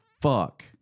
fuck